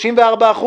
34%,